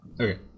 Okay